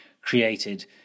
created